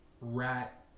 rat